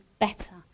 better